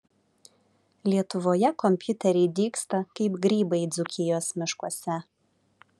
lietuvoje kompiuteriai dygsta kaip grybai dzūkijos miškuose